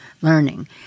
learning